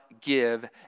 give